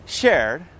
shared